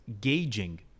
gauging